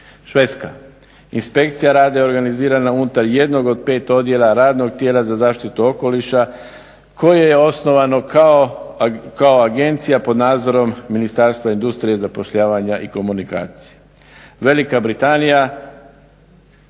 Švedska, inspekcija rada je organizirana unutar jednog od pet odjela radnog tijela za zaštitu okoliša koje je osnovano kao agencija pod nadzorom ministarstva industrije i zapošljavanja i komunikacije. Velika Britanija,